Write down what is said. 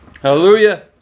Hallelujah